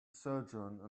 surgeon